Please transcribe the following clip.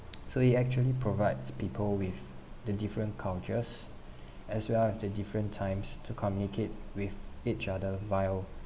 so it actually provides people with the different cultures as well with the different times to communicate with each other via